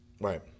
Right